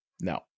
no